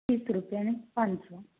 ત્રીસ રૂપિયા નું પાનસો